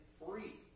free